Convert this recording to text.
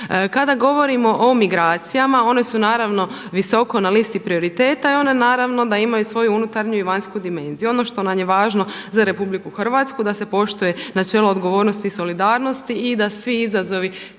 Kada govorimo o migracijama one su naravno visoko na listi prioriteta i one naravno da imaju svoju unutarnju i vanjsku dimenziju. Ono što nam je važno za Republiku Hrvatsku da se poštuje načelo odgovornosti i solidarnosti i da svi izazovi